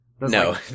No